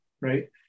right